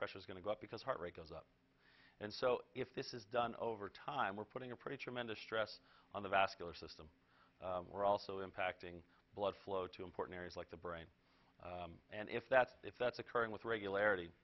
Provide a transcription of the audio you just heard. pressure is going to go up because heart rate goes up and so if this is done over time we're putting a pretty tremendous stress on the vascular system we're also impacting blood flow to important areas like the brain and if that's if that's occurring with regularity